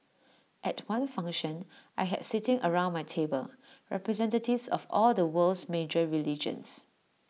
at one function I had sitting around my table representatives of all the world's major religions